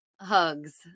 Hugs